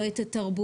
לא מכירה את התרבות,